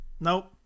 nope